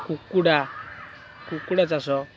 କୁକୁଡ଼ା କୁକୁଡ଼ା ଚାଷ